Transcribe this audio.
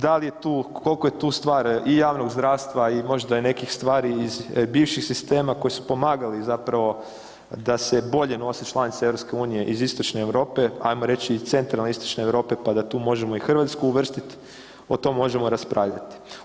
Da li je tu, koliko je tu stvar i javnog zdravstva i možda i nekih stvari iz bivših sistema koji su pomagali zapravo da se bolje nose članice EU iz Istočne Europe ajmo reći iz centralne Istočne Europe pa da tu možemo i Hrvatsku uvrstiti o tome možemo raspravljati.